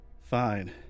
Fine